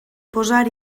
posar